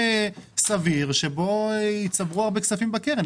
סביר שבו יצטברו הרבה כספים בקרן.